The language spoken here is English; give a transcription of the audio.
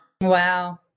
Wow